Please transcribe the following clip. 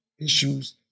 issues